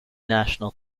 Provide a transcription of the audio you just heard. national